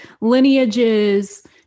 lineages